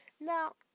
Now